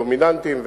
דומיננטיים,